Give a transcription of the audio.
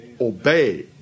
Obey